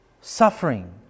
Suffering